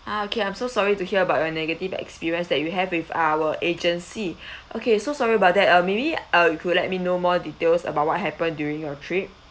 ah okay I'm so sorry to hear about your negative experience that you have with our agency okay so sorry about that uh maybe uh you could let me know more details about what happened during your trip